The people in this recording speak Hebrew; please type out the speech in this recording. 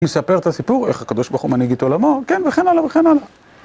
מספר את הסיפור, איך הקדוש ברוך הוא מנהיג את עולמו, כן וכן הלאה וכן הלאה.